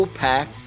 pack